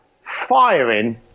firing